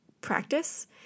practice